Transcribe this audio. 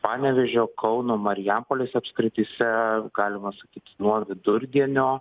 panevėžio kauno marijampolės apskrityse galima sakyti nuo vidurdienio